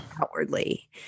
Outwardly